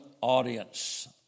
audience